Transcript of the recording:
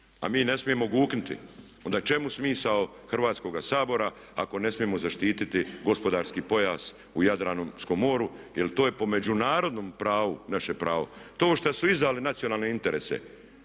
A mi ne smijemo guknuti. Onda čemu smisao Hrvatskoga sabora ako ne smijemo zaštiti gospodarski pojas u Jadranskom moru jer to je po međunarodnom pravu naše pravo. To što su izdali nacionalne interese